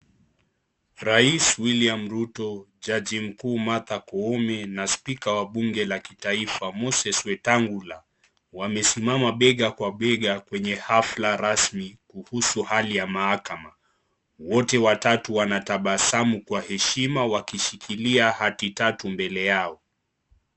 Rais William Ruto, jaji mkuu Martha Koome na speaker wa bunge la kitaifa Moses Wetangula wamesimama bega kwa bega kwenye hafla rasmi kuhusu hali ya mahakama. Wote watatu wanatabasamu kwa heshima wakishikilia hati tatu mbele yao.